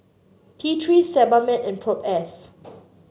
T Three Sebamed and Propass